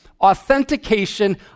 authentication